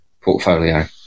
portfolio